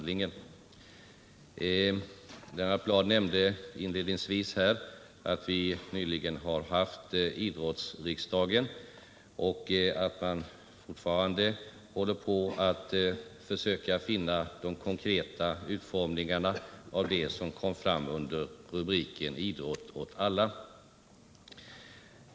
Lennart Bladh nämnde inledningsvis att idrottsriksdagen nyligen sammanträtt och att man fortfarande håller på med att försöka konkret utforma de förslag som kom fram under rubriken Idrott åt alla.